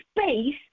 space